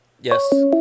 Yes